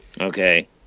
Okay